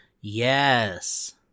Yes